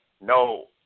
no